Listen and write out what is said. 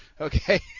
Okay